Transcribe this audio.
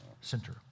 Center